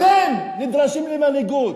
אתם נדרשים למנהיגות,